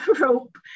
rope